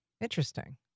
Interesting